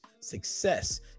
Success